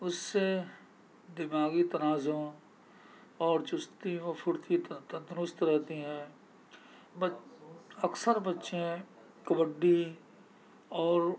اس سے دماغی تنازع اور چستی و پھرتی تندرست رہتے ہیں بچ اکثر بچے کبڈی اور